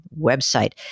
website